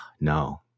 no